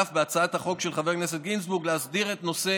ובהצעת החוק של חבר הכנסת גינזבורג אף להסדיר את נושא